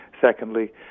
Secondly